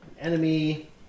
enemy